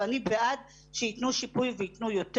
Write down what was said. ואני בעד שייתנו שיפוי וייתנו יותר.